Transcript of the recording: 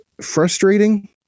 frustrating